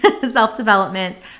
self-development